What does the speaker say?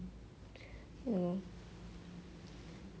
ya lor